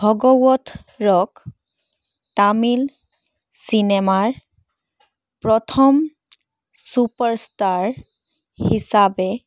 ভগৱথৰক তামিল চিনেমাৰ প্ৰথম ছুপাৰষ্টাৰ হিচাপে